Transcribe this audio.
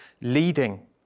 leading